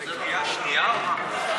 זו קריאה שנייה או מה?